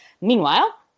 Meanwhile